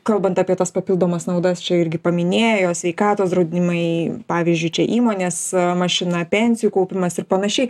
kalbant apie tas papildomas naudas čia irgi paminėjo sveikatos draudimai pavyzdžiui čia įmonės mašina pensijų kaupimas ir panašiai